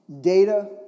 data